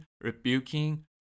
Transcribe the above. rebuking